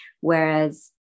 Whereas